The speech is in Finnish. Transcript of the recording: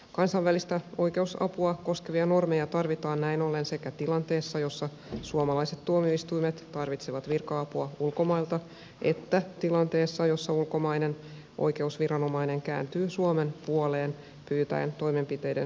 kansainvälistä oikeusapua koskevia normeja tarvitaan näin ollen sekä tilanteessa jossa suomalaiset tuomioistuimet tarvitsevat virka apua ulkomailta että tilanteessa jossa ulkomainen oikeusviranomainen kääntyy suomen puoleen pyytäen toimenpiteiden suorittamista täällä